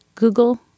Google